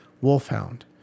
wolfhound